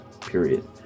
period